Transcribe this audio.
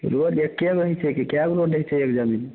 रोडे एक्के गो होइ छै की कए गो रोड होइ छै एक जमीनमे